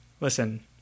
listen